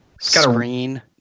screen